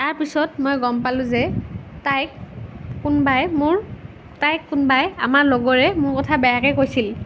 তাৰ পিছত মই গম পালোঁ যে তাইক কোনবাই মোৰ তাইক কোনবাই আমাৰ লগৰে মোৰ কথা বেয়াকৈ কৈছিল